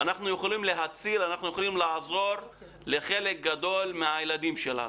אנחנו יכולים להציל חלק גדול מהילדים שלנו.